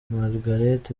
margaret